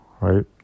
right